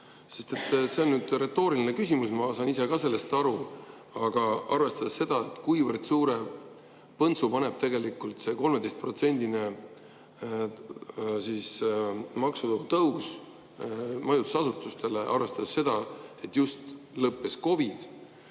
See on retooriline küsimus, ma saan ise ka sellest aru. Aga arvestades seda, kuivõrd suure põntsu paneb tegelikult see 13%-ne maksutõus majutusasutustele, ja arvestades seda, et just lõppes COVID,